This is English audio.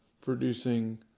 producing